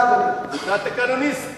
אתה תקנוניסט.